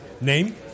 Name